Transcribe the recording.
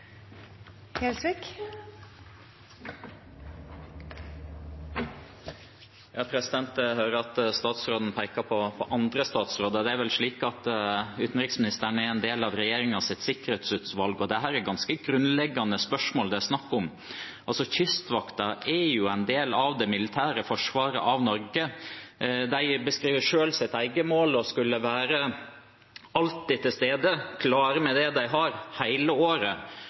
Jeg hører at utenriksministeren peker på andre statsråder. Det er vel slik at utenriksministeren er en del av regjeringens sikkerhetsutvalg. Dette er ganske grunnleggende spørsmål det er snakk om. Kystvakten er en del av det militære forsvaret av Norge. De beskriver selv sitt eget mål til å skulle være: «Alltid til stede – klare med det vi har», hele året.